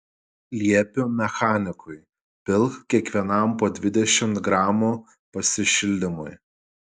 liepiu mechanikui pilk kiekvienam po dvidešimt gramų pasišildymui